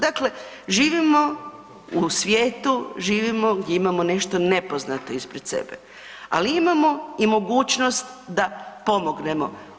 Dakle, živimo u svijetu, živimo gdje imamo nešto nepoznato ispred sebe, ali imamo i mogućnost da pomognemo.